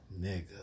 Nigga